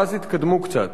ואז התקדמו קצת.